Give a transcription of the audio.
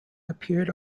appeared